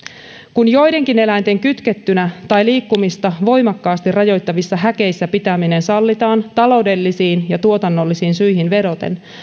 kun joidenkin eläinten kytkettynä tai liikkumista voimakkaasti rajoittavissa häkeissä pitäminen sallitaan taloudellisiin ja tuotannollisiin syihin vedoten